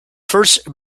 first